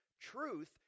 truth